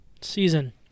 season